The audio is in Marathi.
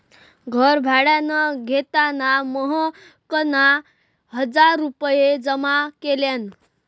घर भाड्यान घेताना महकना हजार रुपये जमा केल्यान